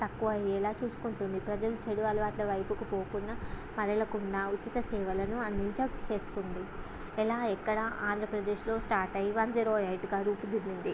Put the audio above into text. తక్కువ అయ్యేలా చూసుకుంటుంది ప్రజలు చెడు అలవాట్ల వైపుకు పోకుండా మరలకుండా ఉచిత సేవలను అందింప చేస్తుంది ఎలా ఎక్కడ ఆంధ్రప్రదేశ్లో స్టార్ట్ అయ్యి వన్ జీరో ఎయిట్గా రూపుదిద్దింది